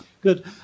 Good